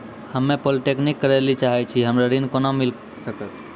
हम्मे पॉलीटेक्निक करे ला चाहे छी हमरा ऋण कोना के मिल सकत?